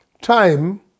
Time